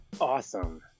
Awesome